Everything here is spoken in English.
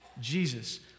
Jesus